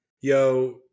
Yo